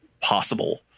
possible